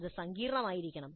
അത് സങ്കീർണ്ണമായിരിക്കണം